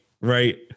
right